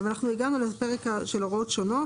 הגענו לפרק של הוראות שונות,